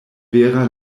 vera